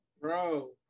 Bro